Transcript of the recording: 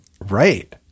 Right